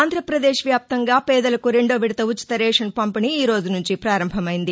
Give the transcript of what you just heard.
ఆంధ్రప్రదేశ్ వ్యాప్తంగా పేదలకు రెండో విడత ఉచిత రేషన్ పంపిణీ ఈరోజు నుంచి పారంభమైంది